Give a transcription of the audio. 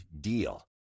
DEAL